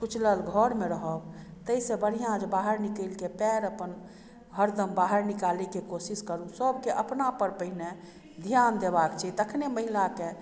कुचलल घर मे रहब ताहिसॅं बढ़िऑं जे अहाँ बाहर निकलि के पएर अपन हरदम बाहर निकालै के कोशिश करू सबके अपना पर पहिने ध्यान देबा के छै तखने महिला के